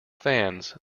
fans